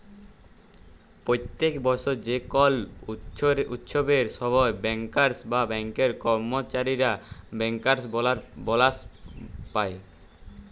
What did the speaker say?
প্যত্তেক বসর যে কল উচ্ছবের সময় ব্যাংকার্স বা ব্যাংকের কম্মচারীরা ব্যাংকার্স বলাস পায়